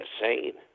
insane